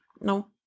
No